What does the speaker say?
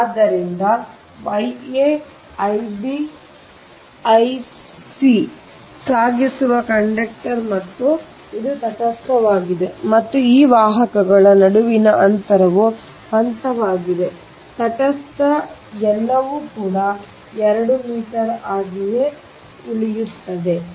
ಆದ್ದರಿಂದ Ia Ib Ic ಸಾಗಿಸುವ conductor ಮತ್ತು ಇದು ತಟಸ್ಥವಾಗಿದೆ ಮತ್ತು ಈ ವಾಹಕಗಳ ನಡುವಿನ ಅಂತರವು ಹಂತವಾಗಿದೆ ತಟಸ್ಥ ಎಲ್ಲವೂ 2 ಮೀಟರ್ 2 ಮೀಟರ್ 2 ಮೀಟರ್ ಉಳಿಯುತ್ತದೆ